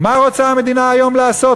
מה רוצה המדינה היום לעשות?